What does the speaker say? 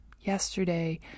yesterday